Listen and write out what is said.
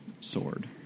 sword